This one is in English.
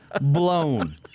blown